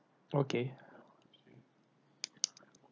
okay